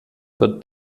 wird